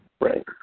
right